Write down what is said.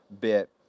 bit